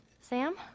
Sam